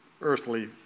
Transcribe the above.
earthly